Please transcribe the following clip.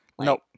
Nope